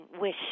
wish